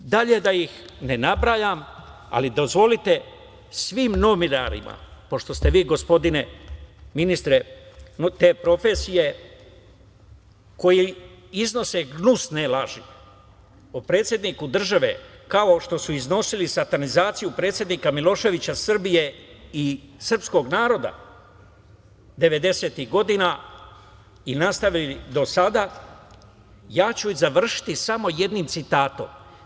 Dalje da ih ne nabrajam, ali dozvolite, svim novinarima, pošto ste vi, gospodine ministre, te profesije, koji iznose gnusne laži o predsedniku države, kao što su iznosili satanizaciju predsednika Miloševića, Srbije i srpskog naroda devedesetih godina i nastavili do sada, ja ću završiti samo jednim citatom.